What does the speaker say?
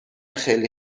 خیلی